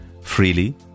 freely